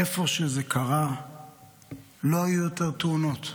איפה שזה קרה לא היו יותר תאונות.